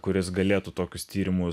kuris galėtų tokius tyrimus